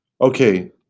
Okay